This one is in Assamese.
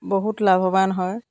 বহুত লাভৱান হয়